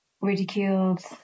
ridiculed